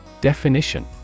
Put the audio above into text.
definition